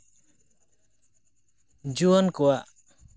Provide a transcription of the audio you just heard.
ᱡᱩᱣᱟᱹᱱ ᱠᱚᱣᱟᱜ